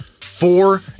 four